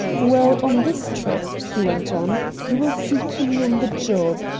well, on this trip, he went on, you will see kinney on the job.